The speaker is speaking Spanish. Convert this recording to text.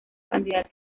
candidata